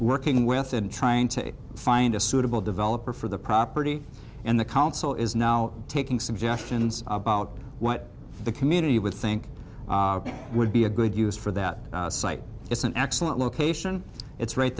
working with and trying to find a suitable developer for the property and the council is now taking suggestions about what the community would think would be a good use for that site is an excellent location it's right